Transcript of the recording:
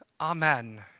Amen